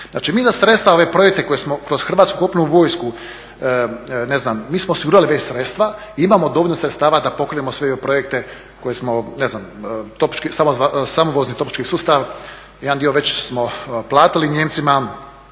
Znači, mi na sredstva, ove projekte koje smo kroz Hrvatsku … vojsku, ne znam, mi smo osigurali već sredstva i imamo dovoljno sredstava da … sve projekte koje smo, ne znam, … topnički sustav, jedan dio već smo platili Nijemcima,